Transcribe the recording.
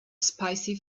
spicy